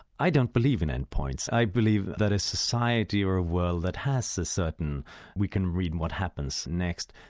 i don't believe in end points, i believe that a society or a world that has this certain we can read what happens next,